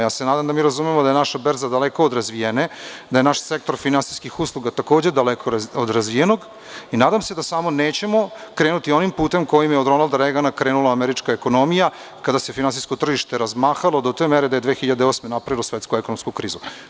Ja se nadam da mi razumemo da je naša berza daleko od razvijene, da je naš sektor finansijskih usluga takođe daleko od razvijenog, i nadam se da samo nećemo krenuti onim putem kojim je od Ronalda Regana krenula američka ekonomija, kada se finansijsko tržište razmahalo do te mere da je 2008. godine napravilo svetsku ekonomsku krizu.